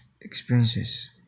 experiences